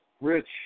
Rich